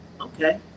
okay